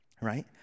Right